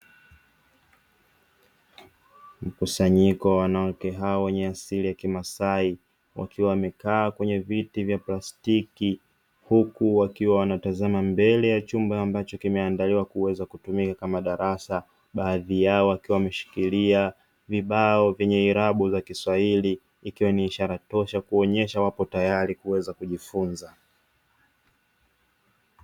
Mkusanyiko wa wanawake hawa wenye asili ya kimasai wakiwa wamekaa kwenye viti vya plastiki huku wakiwa wanatazama mbele ya chumba ambacho kimeandaliwa kuweza kutumika kama darasa, baadhi yao wakiwa wameshikilia vibao vyenye irabu za kiswahili, ikiwa ni ishara tosha kuonyesha wapo tayari kuweza kujifunza.